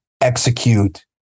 execute